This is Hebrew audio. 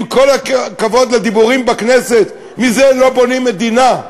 עם כל הכבוד לדיבורים בכנסת, מזה לא בונים מדינה.